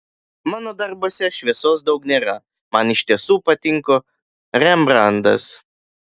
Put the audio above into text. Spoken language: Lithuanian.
mano darbuose šviesos daug nėra man iš tiesų patinka rembrandtas